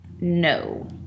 No